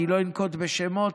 ואני לא אנקוב בשמות,